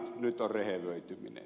nyt on rehevöityminen